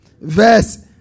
Verse